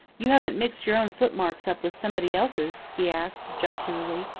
you haven't mixed your own footmarks up with somebody else's? he asked jocularly.